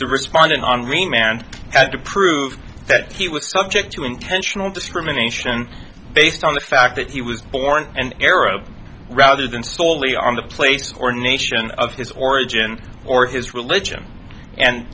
the respondent on remain and had to prove that he was subject to intentional discrimination based on the fact that he was born an arrow rather than solely on the place or nation of his origin or his religion and